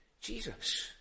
Jesus